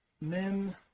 men